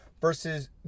versus